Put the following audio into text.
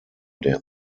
der